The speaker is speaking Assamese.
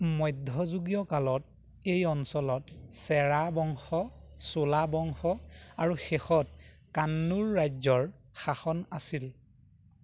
মধ্যযুগীয় কালত এই অঞ্চলত চেৰা বংশ চোলা বংশ আৰু শেষত কান্নুৰ ৰাজ্যৰ শাসন আছিল